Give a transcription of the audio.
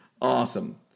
Awesome